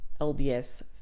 LDS